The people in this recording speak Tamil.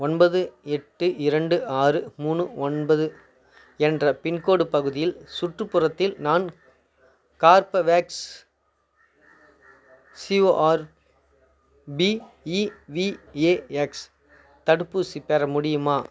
ஒன்பது எட்டு இரண்டு ஆறு மூணு ஒன்பது என்ற பின்கோடு பகுதியின் சுற்றுப்புறத்தில் நான் கார்பவேக்ஸ் சிஓஆர்பிஇவிஏஎக்ஸ் தடுப்பூசி பெற முடியுமா